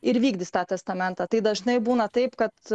ir vykdys tą testamentą tai dažnai būna taip kad